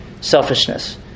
selfishness